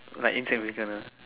like intent we can the